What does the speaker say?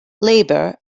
labour